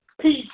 peace